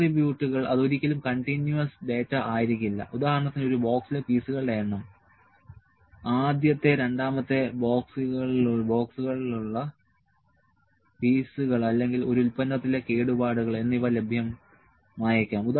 ആട്രിബ്യൂട്ടുകൾ അത് ഒരിക്കലും കണ്ടിന്യൂവസ് ഡാറ്റ ആയിരിക്കില്ല ഉദാഹരണത്തിന് ഒരു ബോക്സിലെ പീസുകളുടെ എണ്ണം ആദ്യത്തെ രണ്ടാമത്തെ ബോക്സൂകളിലുള്ള പീസുകൾ അല്ലെങ്കിൽ ഒരു ഉൽപ്പന്നത്തിലെ കേടുപാടുകൾ എന്നിവ ലഭ്യമായേക്കാം